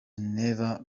never